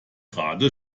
gerade